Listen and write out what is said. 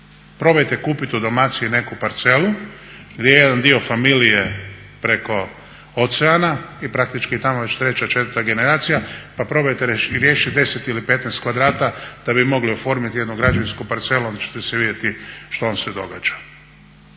Probajte kupit u Dalmaciji neku parcelu gdje je jedan dio familije preko oceana i praktički tamo već treća četvrta generacija, pa probajte riješiti 10 ili 15 kvadrata da bi mogli oformiti jednu građevinsku parcelu, onda ćete si vidjeti što vam se događa.